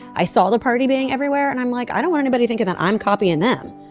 i saw the party being everywhere and i'm like i don't nobody thinking that i'm copying them.